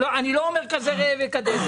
אני לא אומר כזה ראה וקדש,